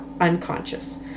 unconscious